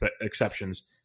exceptions